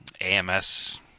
AMS